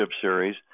Series